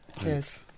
Cheers